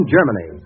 Germany